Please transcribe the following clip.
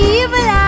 evil